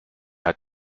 hat